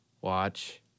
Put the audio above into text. Watch